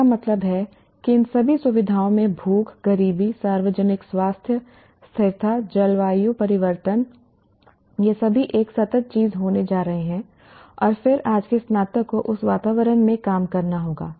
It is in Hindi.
इसका मतलब है कि इन सभी सुविधाओं में भूख गरीबी सार्वजनिक स्वास्थ्य स्थिरता जलवायु परिवर्तन ये सभी एक सतत चीज होने जा रहे हैं और फिर आज के स्नातक को उस वातावरण में काम करना होगा